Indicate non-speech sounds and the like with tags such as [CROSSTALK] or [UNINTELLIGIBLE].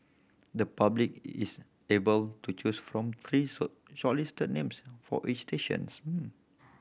the public is able to choose from three [UNINTELLIGIBLE] shortlisted names for each stations [NOISE]